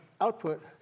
output